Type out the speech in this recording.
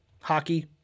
Hockey